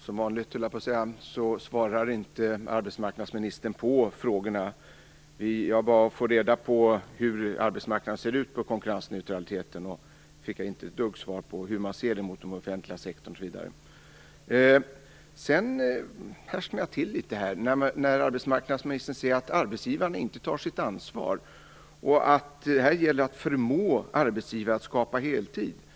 Fru talman! Arbetsmarknadsministern svarar - som vanligt - inte på frågorna. Jag bad att få reda på hur arbetsmarknaden ser ut vad gäller konkurrensneutraliteten, men jag fick inte ett dugg svar på hur ministern ser på konkurrensneutraliteten gentemot den offentliga sektorn, osv. Jag härsknade till litet när arbetsmarknadsministern sade att arbetsgivarna inte tar sitt ansvar och att det gäller att "förmå" arbetsgivarna att skapa heltidstjänster.